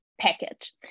package